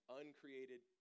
uncreated